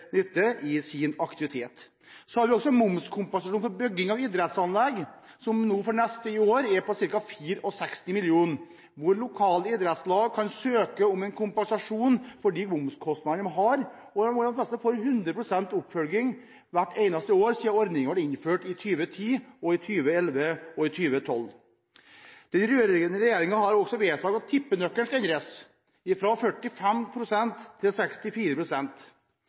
Så har vi også momskompensasjon for bygging av idrettsanlegg, som for i år er på ca. 64 mill. kr, hvor lokale idrettslag kan søke om en kompensasjon for de momskostnadene man har. De fleste har fått 100 pst. oppfølging hvert eneste år siden ordningen ble innført – i 2010, i 2011 og i 2012. Den rød–grønne regjeringen har også vedtatt at tippenøkkelen skal endres, fra 45 pst. til